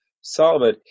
Solomon